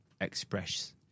express